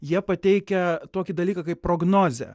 jie pateikia tokį dalyką kaip prognozę